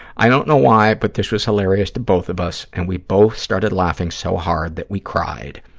i don't know why, but this was hilarious to both of us, and we both started laughing so hard that we cried.